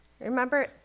Remember